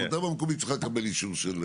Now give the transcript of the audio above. תב"ע מקומית צריכה לקבל אישור של